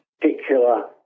particular